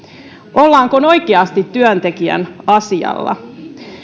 ollaanko oikeasti työntekijän asialla